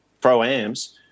pro-ams